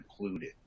included